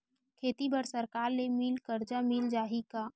खेती बर सरकार ले मिल कर्जा मिल जाहि का?